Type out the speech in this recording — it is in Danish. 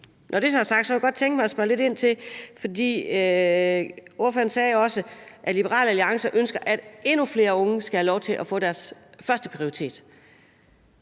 Når det så er sagt, kunne jeg godt tænke mig at spørge lidt ind til noget. Ordføreren sagde også, at Liberal Alliance ønsker, at endnu flere unge skal have lov til at få deres førsteprioritet,